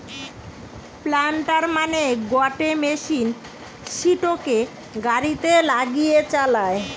planter মানে গটে machine সিটোকে গাড়িতে লাগিয়ে চালায়